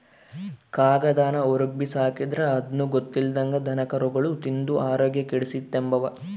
ಕಾಗದಾನ ಹೊರುಗ್ಬಿಸಾಕಿದ್ರ ಅದುನ್ನ ಗೊತ್ತಿಲ್ದಂಗ ದನಕರುಗುಳು ತಿಂದು ಆರೋಗ್ಯ ಕೆಡಿಸೆಂಬ್ತವ